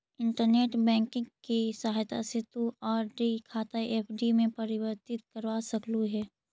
internet banking की सहायता से भी तु आर.डी खाता एफ.डी में परिवर्तित करवा सकलू हे